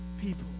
people